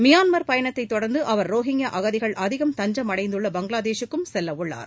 Myanmar பயணத்தைத் தொடர்ந்து அவர் ரோஹிங்கியா அகதிகள் அதிகம் தஞ்சம் அடைந்துள்ள பங்களாதேஷுக்கும் செல்லவுள்ளார்